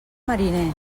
mariner